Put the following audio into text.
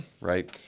right